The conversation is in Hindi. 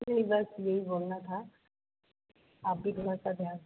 नहीं बस यही बोलना था आप भी थोड़ा सा ध्यान